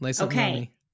Okay